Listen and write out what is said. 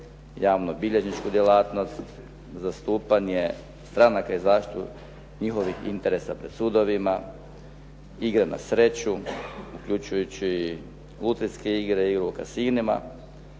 javno bilježničku djelatnost, zastupanje stranaka i zaštitu njihovih interesa pred sudovima, igre na sreću, uključujući lutrijske igre i u kasinima,